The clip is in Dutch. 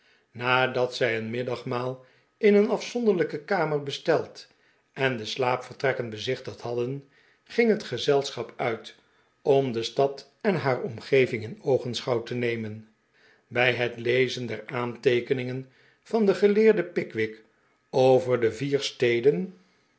nadat zij een middagmaal in een afzoniijkt kamer besteld en de slaapvertrekken bezichtigd hadden ging het gezelschap uit om de st ad en haar omgeving in oogen schouw te nemen bij het lezen der aanteekeningen van den geleerden pickwick over de vier steden